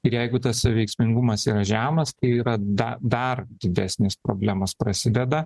ir jeigu tas saviveiksmingumas yra žemas tai yra da dar didesnės problemos prasideda